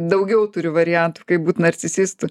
daugiau turi variantų kaip būt narcisistu